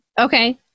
Okay